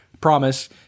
Promise